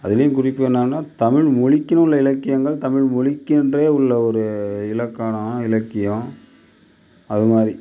அதுலையும் குறிப்பு என்னான்னா தமிழ்மொழிக்கினுள்ளே இலக்கியங்கள் தமிழ்மொழிக்குன்றே உள்ள ஒரு இலக்ககணம் இலக்கியம் அது மாதிரி